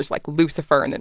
like, lucifer. and and